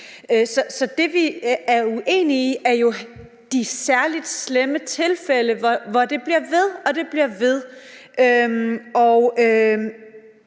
Så det, vi er uenige om, er jo de særlig slemme tilfælde, hvor det bliver ved, og det bliver ved.